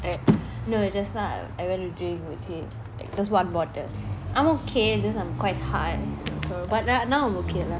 eh no just now I went to drink with him because like just one bottle I'm okay it's just I'm quite high but n~ now I'm okay